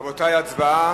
רבותי, הצבעה.